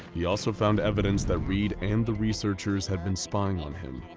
he also found evidence that reed and the researchers had been spying on him,